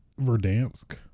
Verdansk